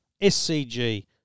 SCG